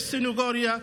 יש סנגוריה,